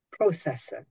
processor